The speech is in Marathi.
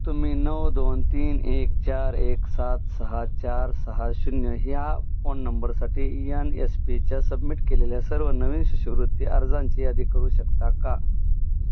तुम्ही नऊ दोन तीन एक चार एक सात सहा चार सहा शून्य ह्या फोन नंबरसाठी ई एन एस पीच्या सबमिट केलेल्या सर्व नवीन शिष्यवृत्ती अर्जांची यादी करू शकता का